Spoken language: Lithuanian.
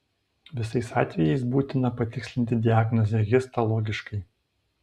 visais atvejais būtina patikslinti diagnozę histologiškai